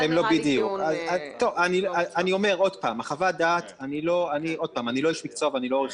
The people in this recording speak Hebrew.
עוד פעם, אני לא איש מקצוע ואני לא עו"ד.